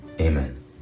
amen